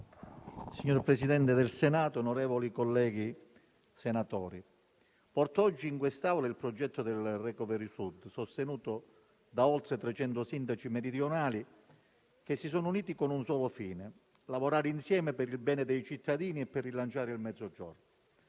Signor Presidente, onorevoli colleghi, porto oggi all'attenzione dell'Assemblea il progetto del Recovery Sud, sostenuto da oltre 300 sindaci meridionali che si sono uniti con un solo fine: lavorare insieme per il bene dei cittadini e per rilanciare il Mezzogiorno.